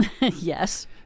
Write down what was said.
Yes